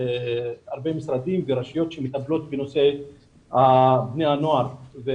משתתפים משרדים רבים ורשויות שמטפלים בנושא בני הנוער.